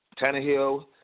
Tannehill